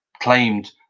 claimed